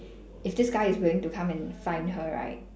if this guy is willing to come and find her right